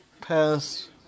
pass